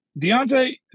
Deontay